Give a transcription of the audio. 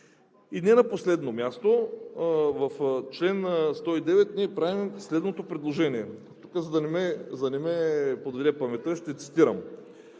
Не на последно място в чл. 109 ние правим следното предложение, за да не ме подведе паметта, ще цитирам: